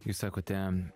jūs sakote